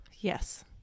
Yes